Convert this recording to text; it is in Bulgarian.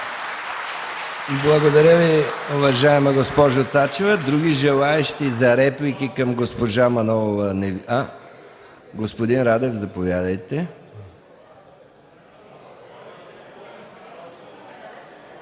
Благодаря Ви, уважаема госпожо Цачева. Други желаещи за реплики към госпожа Манолова? Уважаеми господин Радев, заповядайте.